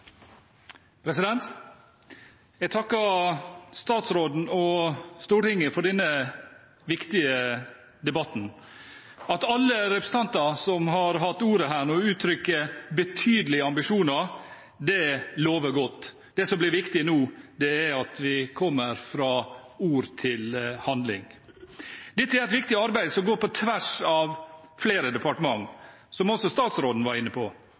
Jeg takker statsråden og Stortinget for denne viktige debatten. At alle representanter som har hatt ordet her nå uttrykker betydelige ambisjoner, lover godt. Det som blir viktig nå, er at vi kommer fra ord til handling. Dette er et viktig arbeid som går på tvers av flere departementer, som også statsråden var inne på.